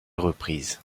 reprise